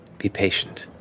be patient.